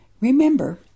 Remember